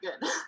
good